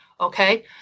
okay